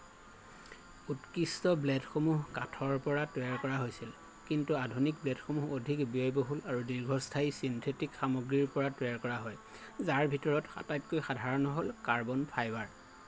উৎকৃষ্ট ব্লেডসমূহ কাঠৰ পৰা তৈয়াৰ কৰা হৈছিল কিন্তু আধুনিক প্লেটসমূহ অধিক ব্যয়বহুল আৰু দীৰ্ঘস্থায়ী ছিন্থেটিক সামগ্ৰীৰ পৰা তৈয়াৰ কৰা হয় যাৰ ভিতৰত আটাইতকৈ সাধাৰণ হ 'ল কাৰ্বন ফাইবাৰ